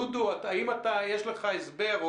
דודו, האם יש לך הסבר?